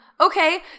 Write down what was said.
Okay